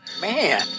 Man